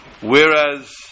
Whereas